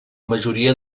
majoria